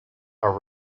are